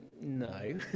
No